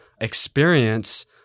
experience